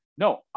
No